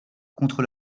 contre